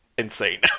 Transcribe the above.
insane